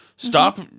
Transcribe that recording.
Stop